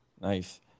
Nice